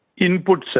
inputs